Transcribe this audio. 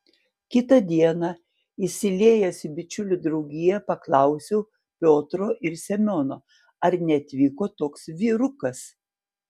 kitą dieną įsiliejęs į bičiulių draugiją paklausiau piotro ir semiono ar neatvyko toks vyrukas